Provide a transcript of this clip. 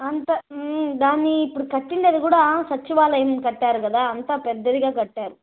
అంతా దాన్ని ఇప్పుడు కట్టి ఉన్నది కూడా సచ్చివాలయం కట్టారు కదా అంతా పెద్దదిగా కట్టారు